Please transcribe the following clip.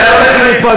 אתה לא תצא מפה,